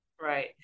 Right